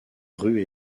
rues